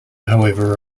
however